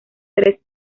tres